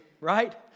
right